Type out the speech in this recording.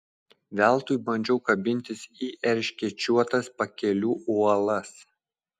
veltui bandžiau kabintis į erškėčiuotas pakelių uolas